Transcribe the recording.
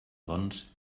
doncs